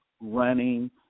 running